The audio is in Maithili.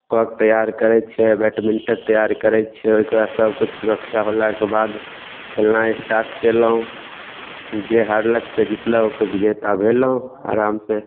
कॉर्क तैयार करै छै बैटमिंटन तैयार करै छै ओहिकेबाद सभकिछु सुरक्षा होलाके बाद खेलनाइ स्टाट कयलहुँ जे हारलक से जीतलक ओकर विजेता भेलहुँ आरामसँ